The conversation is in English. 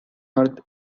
earth